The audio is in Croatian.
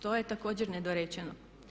To je također nedorečeno.